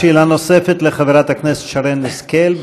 שאלה נוספת לחברת הכנסת שרן השכל.